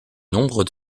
nombre